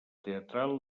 teatral